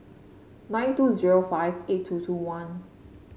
nine two zero five eight two two one